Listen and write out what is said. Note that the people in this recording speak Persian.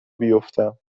بیفتم